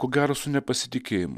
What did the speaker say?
ko gero su nepasitikėjimu